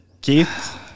Keith